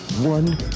one